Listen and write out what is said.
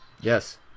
Yes